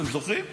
אתם זוכרים?